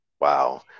wow